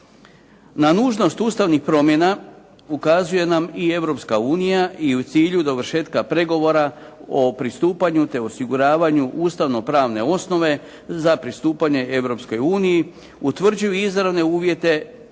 Na nužnost ustavnih promjena ukazuje nam i Europska unija i u cilju dovršetka pregovora o pristupanju te osiguravanju ustavno-pravne osnove za pristupanje EU utvrđuju izravne uvjete